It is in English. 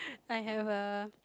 I have a